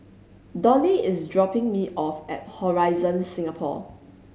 Dollie is dropping me off at Horizon Singapore